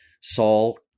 Saul